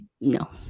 No